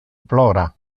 plora